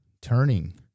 turning